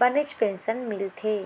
बनेच पेंशन मिलथे